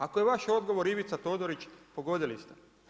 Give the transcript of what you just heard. Ako je vaš odgovor Ivica Todorić, pogodili ste.